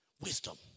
wisdom